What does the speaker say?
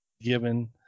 given